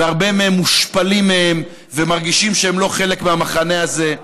והרבה מהם מושפלים מהם ומרגישים שהם לא חלק מהמחנה הזה.